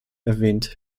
erwähnt